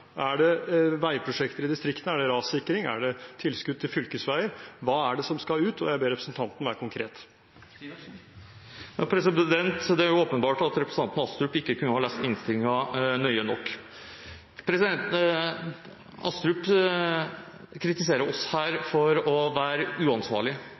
Er det veiprosjekter i distriktene? Er det rassikring? Er det tilskudd til fylkesveier? Hva er det som skal ut? Og jeg ber representanten være konkret. Det er åpenbart at representanten Astrup ikke kan ha lest innstillingen nøye nok. Representanten Astrup kritiserer oss